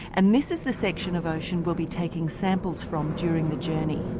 and this is the section of ocean we'll be taking samples from during the journey.